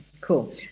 cool